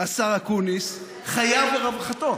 השר אקוניס, חייו ורווחתו.